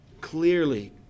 clearly